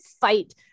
fight